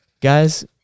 Guys